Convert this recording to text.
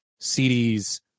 CDs